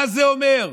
מה זה אומר?